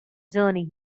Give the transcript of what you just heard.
journey